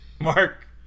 Mark